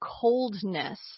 coldness